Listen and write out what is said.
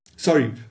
Sorry